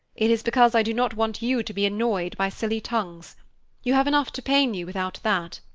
it is because i do not want you to be annoyed by silly tongues you have enough to pain you without that.